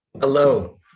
Hello